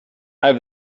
have